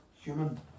human